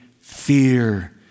fear